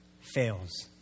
fails